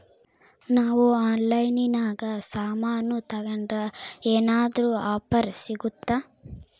ನಾವು ಆನ್ಲೈನಿನಾಗ ಸಾಮಾನು ತಗಂಡ್ರ ಏನಾದ್ರೂ ಆಫರ್ ಸಿಗುತ್ತಾ?